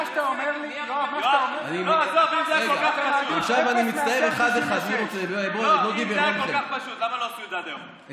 כל כך פשוט, למה לא עשו את זה עד היום?